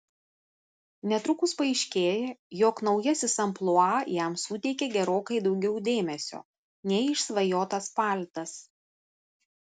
netrukus paaiškėja jog naujasis amplua jam suteikia gerokai daugiau dėmesio nei išsvajotas paltas